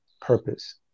purpose